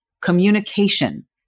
communication